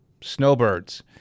snowbirds